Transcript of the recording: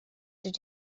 did